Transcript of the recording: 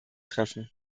treffen